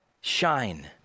shine